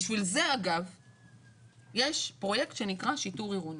בשביל זה יש פרויקט שנקרא שיטור עירוני.